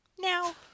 Now